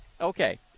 Okay